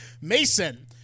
Mason